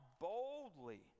boldly